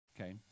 Okay